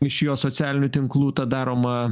iš jo socialinių tinklų ta daroma